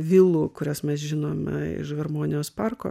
vilų kurias mes žinome iš harmonijos parko